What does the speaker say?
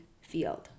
field